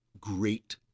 great